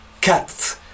Cats